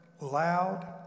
loud